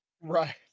Right